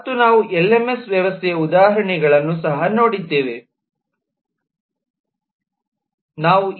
ಮತ್ತು ನಾವು ಉದಾಹರಣೆಗಳನ್ನು ಸಹ ನೋಡಿದ್ದೇವೆ ಎಲ್ಎಂಎಸ್ ವ್ಯವಸ್ಥೆ